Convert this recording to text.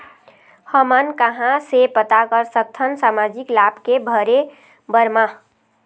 हमन कहां से पता कर सकथन सामाजिक लाभ के भरे बर मा?